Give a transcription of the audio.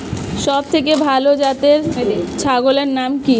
সবথেকে ভালো জাতের ছাগলের নাম কি?